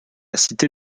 cité